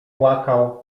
płakał